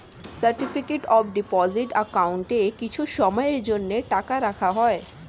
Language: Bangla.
সার্টিফিকেট অফ ডিপোজিট অ্যাকাউন্টে কিছু সময়ের জন্য টাকা রাখা হয়